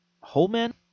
Holman